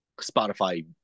spotify